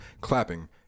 clapping